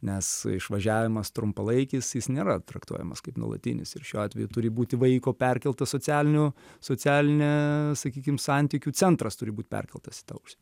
nes išvažiavimas trumpalaikis jis nėra traktuojamas kaip nuolatinis ir šiuo atveju turi būti vaiko perkelta socialinių socialinę sakykim santykių centras turi būt perkeltas į tą us